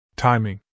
Timing